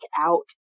out